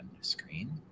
screen